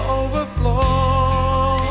overflow